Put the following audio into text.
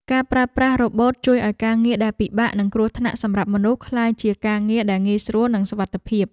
ការប្រើប្រាស់រ៉ូបូតជួយឱ្យការងារដែលពិបាក និងគ្រោះថ្នាក់សម្រាប់មនុស្សក្លាយជាការងារដែលងាយស្រួលនិងសុវត្ថិភាព។